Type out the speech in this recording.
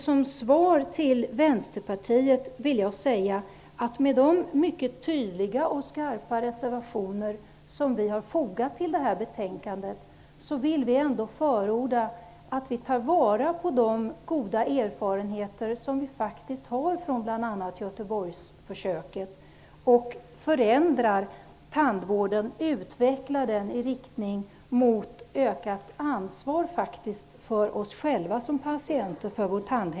Som svar till Vänsterpartiet vill jag säga att med de mycket tydliga och skarpa reservationer som vi har fogat till betänkandet vill vi ändå förorda att man tar vara på de goda erfarenheter som faktiskt har gjorts vid bl.a. Göteborgsförsöket och förändrar tandvården, utvecklar den i riktning mot ökat ansvar för vår tandhälsa hos oss själva som patienter.